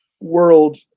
world